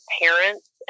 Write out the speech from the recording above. parents